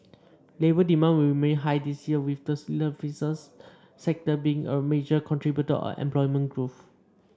labour demand will remain high this year with the services sector being a major contributor of employment growth